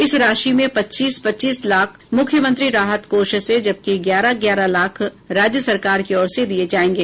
इस राशि में पच्चीस पच्चीस लाख मुख्यमंत्री राहत कोष से जबकि ग्यारह ग्यारह लाख राज्य सरकार की ओर से दिये जायेंगे